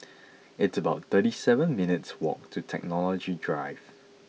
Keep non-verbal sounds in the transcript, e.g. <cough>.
<noise> it's about thirty seven minutes' walk to Technology Drive